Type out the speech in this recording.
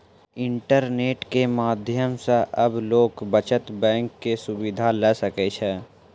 internet के माध्यम सॅ आब लोक बचत बैंक के सुविधा ल सकै छै